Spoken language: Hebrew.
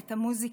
את המוזיקה.